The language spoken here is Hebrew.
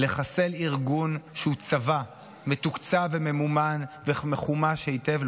לוקח זמן לחסל ארגון שהוא צבא מתוקצב וממומן ומחומש היטב.